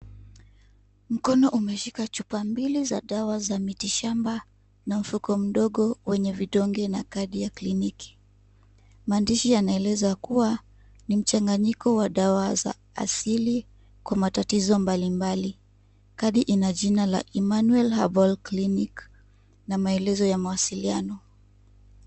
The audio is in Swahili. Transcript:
Mkono umeshika chupa mbili za dawa za miti shamba na mfuko mdogo wenye vidonge na kadi ya kliniki. Maandishi yanaeleza kuwa ni mchanganyiko wa dawa za asili kwa matatizo mbalimbali. Kadi ina jina la Emanuel Herbal clinic na maelezo ya mawasiliano.